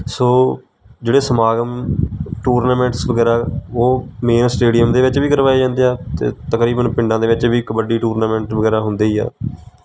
ਸੋ ਜਿਹੜੇ ਸਮਾਗਮ ਟੂਰਨਾਮੈਂਟਸ ਵਗੈਰਾ ਉਹ ਮੇਨ ਸਟੇਡੀਅਮ ਦੇ ਵਿੱਚ ਵੀ ਕਰਵਾਏ ਜਾਂਦੇ ਆ ਅਤੇ ਤਕਰੀਬਨ ਪਿੰਡਾਂ ਦੇ ਵਿੱਚ ਵੀ ਕਬੱਡੀ ਟੂਰਨਾਮੈਂਟ ਵਗੈਰਾ ਹੁੰਦੇ ਹੀ ਆ